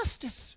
justice